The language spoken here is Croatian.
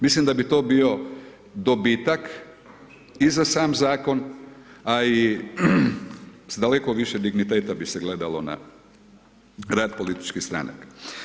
Mislim da bi to bio dobitak i za sam zakon, a i s daleko više digniteta bi se gledalo na rad političkih stranaka.